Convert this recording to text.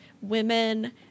women